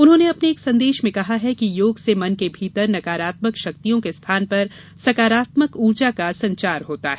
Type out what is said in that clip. उन्होंने अपने एक संदेश में कहा है कि योग से मन के भीतर नकारात्मक शक्तियों के स्थान पर सकारात्मक उर्जा का संचार होता है